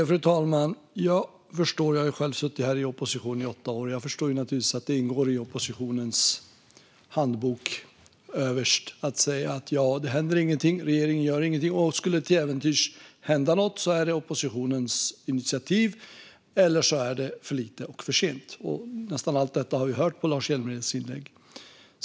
Fru talman! Jag har själv suttit här i opposition i åtta år, och jag förstår naturligtvis att det står överst i oppositionens handbok att säga att det inte händer något och att regeringen inte gör något. Skulle det till äventyrs hända något är det oppositionens initiativ, eller så är det för lite och för sent. Nästan allt detta har vi hört i Lars Hjälmereds inlägg.